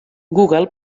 google